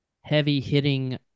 heavy-hitting